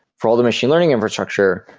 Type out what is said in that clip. for all the machine learning infrastructure,